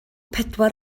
pedwar